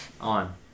On